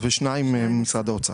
בסדר.